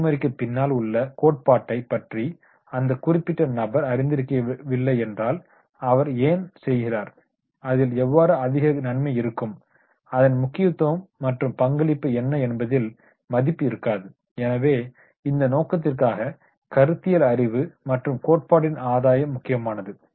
நடைமுறைக்கு பின்னால் உள்ள கோட்பாட்டை பற்றி அந்த குறிப்பிட்ட நபர் அறிந்திருக்கவில்லை என்றால் அவர் ஏன் செய்கிறார் அதில் எவ்வாறு அதிக நன்மை இருக்கும் அதன் முக்கியத்துவம் மற்றும் பங்களிப்பு என்ன என்பதில் மதிப்பு இருக்காது எனவே இந்த நோக்கத்திற்காக கருத்தியல் அறிவு மற்றும் கோட்பாட்டின் ஆதாயம் முக்கியமானது